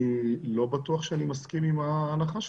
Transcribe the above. אני לא בטוח שאני מסכים עם ההנחה שלך.